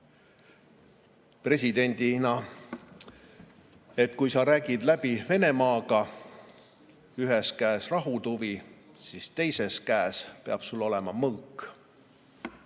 president, et kui sa räägid läbi Venemaaga, ühes käes rahutuvi, siis teises käes peab sul olema mõõk.